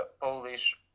Polish